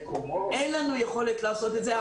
אין לנו יכולת לעשות את זה.